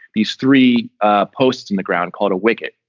these three ah posts in the ground called a wicket.